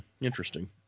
Interesting